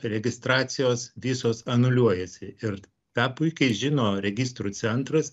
registracijos visos anuliuojasi ir tą puikiai žino registrų centras